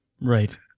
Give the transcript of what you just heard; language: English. right